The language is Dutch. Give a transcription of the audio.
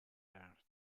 naar